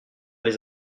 les